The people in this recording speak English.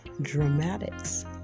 dramatics